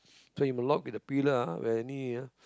so you must lock the pill lah where any ah